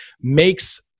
makes